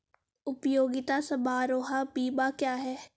उपयोगिता समारोह बीमा क्या है?